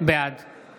בעד